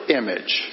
image